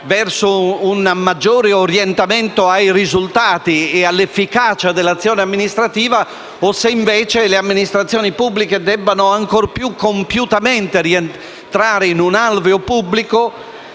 e un maggiore orientamento ai risultati e all'efficacia dell'azione amministrativa o se invece le amministrazioni pubbliche debbano ancor più compiutamente rientrare in un alveo pubblico,